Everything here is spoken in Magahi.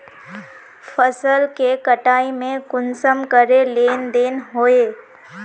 फसल के कटाई में कुंसम करे लेन देन होए?